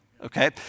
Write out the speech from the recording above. Okay